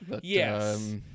Yes